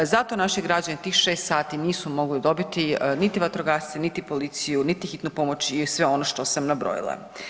Zato naši građani tih 6 sati nisu mogli dobiti niti vatrogasce, niti policiju, niti hitnu pomoć i sve ono što sam nabrojila.